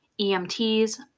EMTs